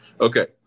Okay